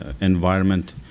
environment